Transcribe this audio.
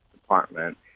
Department